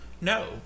No